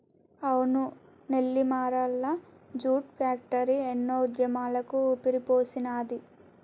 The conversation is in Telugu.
అవును నెల్లిమరల్ల జూట్ ఫ్యాక్టరీ ఎన్నో ఉద్యమాలకు ఊపిరిపోసినాది